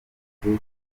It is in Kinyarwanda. akoze